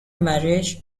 marriage